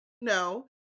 no